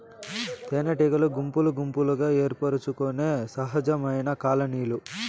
తేనెటీగలు గుంపులు గుంపులుగా ఏర్పరచుకొనే సహజమైన కాలనీలు